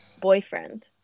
boyfriend